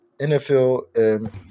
NFL